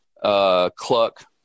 cluck